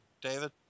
David